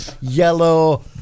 yellow